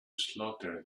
slaughter